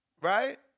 Right